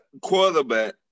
quarterback